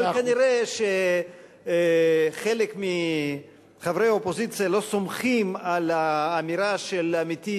אבל כנראה חלק מחברי האופוזיציה לא סומכים על האמירה של עמיתי,